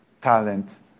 talent